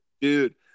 Dude